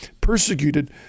persecuted